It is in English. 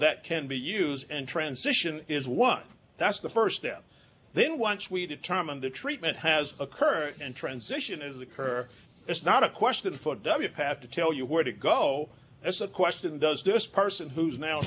that can be used and transition is one that's the st step then once we determine the treatment has occurred and transition is occur it's not a question for debbie have to tell you where to go it's a question does this person who's now